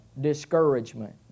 discouragement